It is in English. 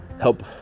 help